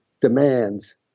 demands